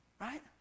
right